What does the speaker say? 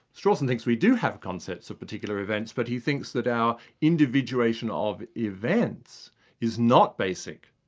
strawson thinks we do have concepts of particular events, but he thinks that our individuation of events is not basic,